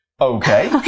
Okay